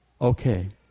Okay